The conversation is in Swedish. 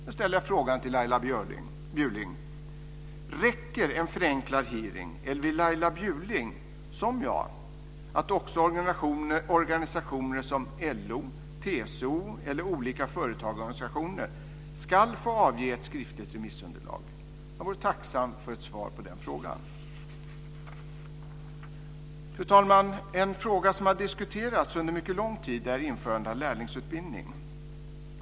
Nu ställer jag frågan till Laila Bjurling: Räcker en förenklad hearing eller vill Laila Bjurling, som jag, att också organisationer som LO, TCO eller olika företagsorganisationer ska få avge ett skriftligt remissunderlag? Jag vore tacksam för ett svar på den frågan. Fru talman! En fråga som har diskuterats under mycket lång tid är införandet av lärlingsutbildning.